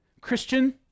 Christian